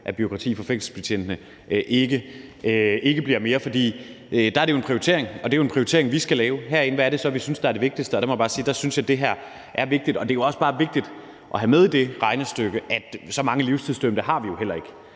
af bureaukrati for fængselsbetjentene ikke bliver større. For det er jo en prioritering, og det er jo en prioritering, vi skal lave herinde: Hvad er det så, vi synes er det vigtigste? Og der må jeg bare sige, at der synes jeg, at det her er vigtigt. Og det er jo også bare vigtigt at have med i det regnestykke, at så mange livstidsdømte har vi jo heller ikke,